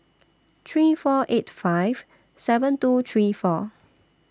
three four eight five seven two three four